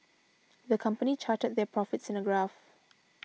the company charted their profits in a graph